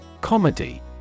Comedy